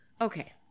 Okay